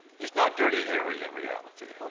he's not dirty harry in reality.